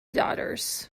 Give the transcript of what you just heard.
daughters